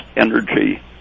energy